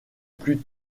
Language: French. plus